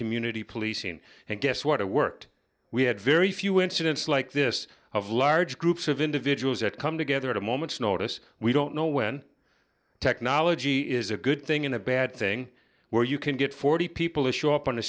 community policing and guess what it worked we had very few incidents like this of large groups of individuals that come together at a moment's notice we don't know when technology is a good thing in a bad thing where you can get forty people who show up on